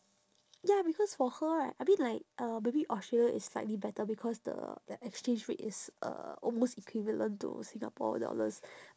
ya because for her right I mean like uh maybe australia is slightly better because the the exchange rate is uh almost equivalent to singapore dollars